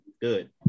good